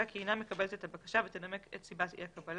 כי היא אינה מקבלת את הבקשה ותנמק את סיבת אי הקבלה.